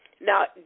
Now